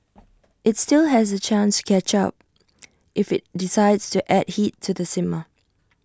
IT still has A chance to catch up if IT decides to add heat to the simmer